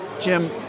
Jim